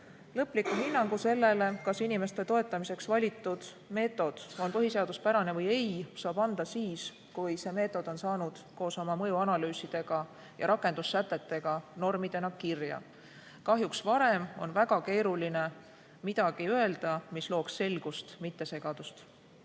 Lõpliku hinnangu sellele, kas inimeste toetamiseks valitud meetod on põhiseaduspärane või ei, saab anda siis, kui see meetod on saanud koos oma mõjuanalüüsidega ja rakendussätetega normidena kirja. Kahjuks varem on väga keeruline öelda midagi, mis looks selgust, mitte segadust.